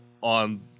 on